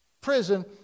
prison